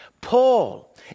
Paul